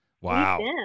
Wow